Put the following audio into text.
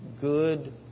good